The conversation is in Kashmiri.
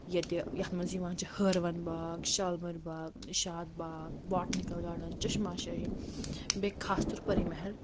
ییٚتہِ یَتھ منٛز یِوان چھِ ہٲروَن باغ شالمَر باغ نِشات باغ باٹنِکَل گاڈَن چشما شاہہ بیٚیہِ خاص طور پٔری محل